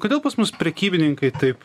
kodėl pas mus prekybininkai taip